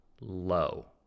low